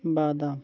বাদাম